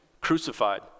Crucified